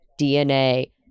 DNA